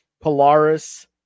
Polaris